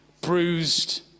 bruised